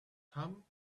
come